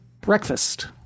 breakfast